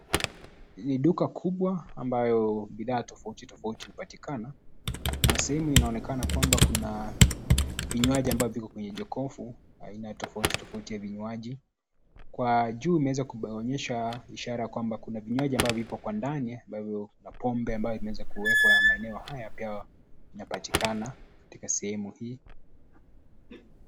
Ni duka kubwa ambayo bidhaa tofauti tofauti hupatikana na sehemu inaonekana kwamba kuna vinywaji ambavyo viko kwenye jokovu aina tofauti tofauti ya vinywaji. Kwa juu imeweza kuonyesha ishara kwamba kuna vinywaji ambayvo viko kwa ndani ambavyo kuna pombe ambayo imeweza kuwekwa maeneo haya ingawa yapatikana katika sehemu hii.